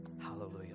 hallelujah